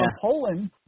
Poland